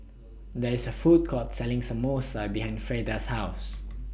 There IS A Food Court Selling Samosa behind Freda's House